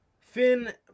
Finn